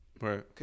Right